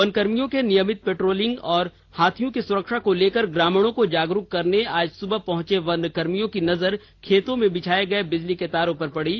one कर्मियों के नियमित पेट्रोलिंग एवं हाथियों की सुरक्षा को लेकर ग्रामीणों को जागरूक करने आज सुबह पहुंचे वन कर्मियों की नजर खेतों में बिछाए गए बिजली के तारों पर पड़ी